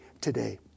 today